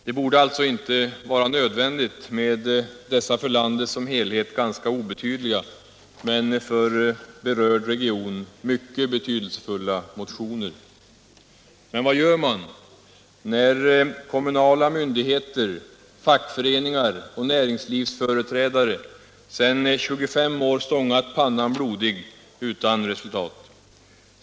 Det borde alltså inte vara nödvändigt med dessa för landet som helhet ganska obetydliga, men för berörd region mycket betydelsefulla, motioner. Men vad gör man när kommunala myndigheter, fackföreningar och näringslivsföreträdare i 25 år har stångat pannan. blodig utan resultat?